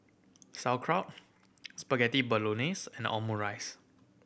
Sauerkraut Spaghetti Bolognese and Omurice